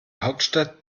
hauptstadt